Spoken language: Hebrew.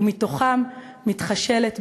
ומתוכם מתחשלת,